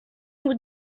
would